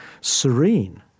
serene